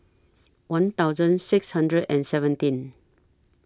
one thousand six hundred and seventeen